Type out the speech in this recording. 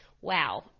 Wow